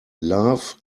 love